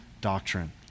doctrine